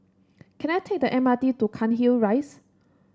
can I take the M R T to Cairnhill Rise